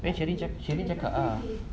then sheryn cakap sheryn cakap ah